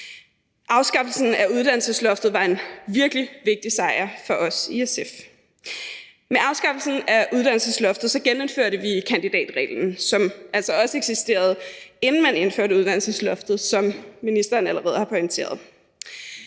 Afskaffelsen af uddannelsesloftet var en virkelig vigtig sejr for os i SF. Med afskaffelsen af uddannelsesloftet genindførte vi kandidatreglen, som altså også eksisterede, inden man indførte uddannelsesloftet, som ministeren allerede har pointeret.